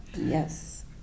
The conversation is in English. Yes